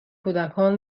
کودکان